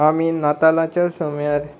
आमी नातालाच्या समयार